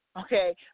Okay